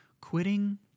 quitting